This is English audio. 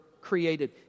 created